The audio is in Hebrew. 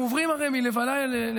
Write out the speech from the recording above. אנחנו הרי עוברים מלוויה ללוויה,